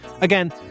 Again